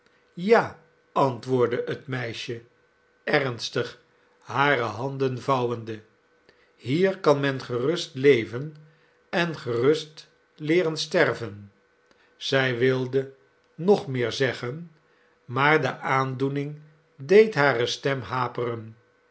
ja i antwoordde het meisje ernstig hare handen vouwende hier kan men gerust leven en gerust leeren sterven zij wilde nog meer zeggen maar de aandoening deed hare stem haperen